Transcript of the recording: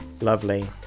Lovely